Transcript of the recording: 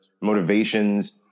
motivations